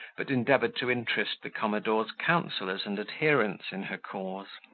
but endeavoured to interest the commodore's counsellors and adherents in her cause.